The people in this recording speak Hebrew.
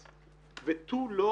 שבוגדת ותו לא